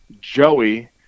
Joey